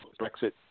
Brexit